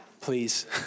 Please